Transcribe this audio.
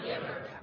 giver